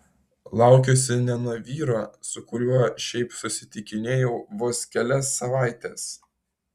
laukiuosi ne nuo vyro su kuriuo šiaip susitikinėjau vos kelias savaites